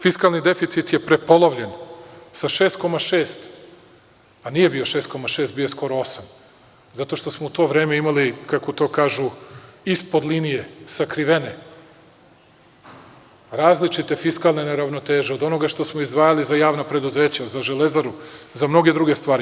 Fiskalni deficit je prepolovljen sa 6,6, a nije bio 6,6, bio je skoro 8, zato što smo u to vreme imali kako to kažu ispod linije sakrivene različite fiskalne neravnoteže od onoga što smo izdvajali za javna preduzeća, za Železaru, za mnoge druge stvari.